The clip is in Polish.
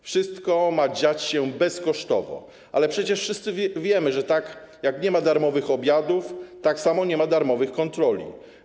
Wszystko ma dziać się bezkosztowo, ale przecież wszyscy wiemy, że tak jak nie ma darmowych obiadów, tak samo nie ma darmowych kontroli.